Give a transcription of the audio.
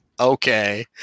okay